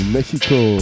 Mexico